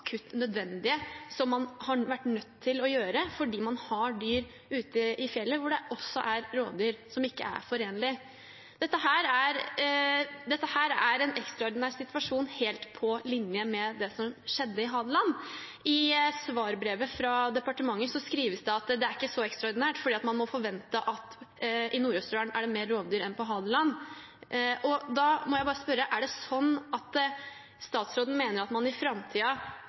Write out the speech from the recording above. nødvendige, og som man har vært nødt til å sette inn fordi man har dyr ute i fjellet, hvor det også er rovdyr som ikke er forenlige. Dette er en ekstraordinær situasjon helt på linje med det som skjedde på Hadeland. I svarbrevet fra departementet skrives det at det ikke er så ekstraordinært fordi man må forvente mer rovdyr i Nord-Østerdal enn på Hadeland, og da må jeg spørre: Mener statsråden at man i framtiden ikke skal ha et beiteprioritert område der det har vært så store angrep nå i